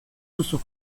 duzu